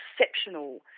exceptional